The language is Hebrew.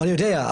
אני יודע,